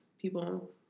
people